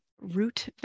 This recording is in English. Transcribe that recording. root